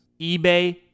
eBay